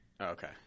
Okay